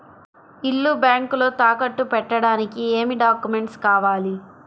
ఇల్లు బ్యాంకులో తాకట్టు పెట్టడానికి ఏమి డాక్యూమెంట్స్ కావాలి?